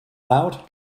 loud